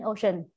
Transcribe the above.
Ocean